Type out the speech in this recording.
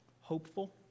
hopeful